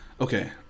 Okay